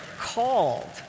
called